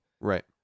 Right